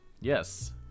Yes